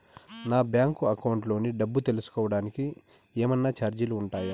నా bank account లోని డబ్బు తెలుసుకోవడానికి కోవడానికి ఏమన్నా చార్జీలు ఉంటాయా?